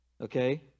Okay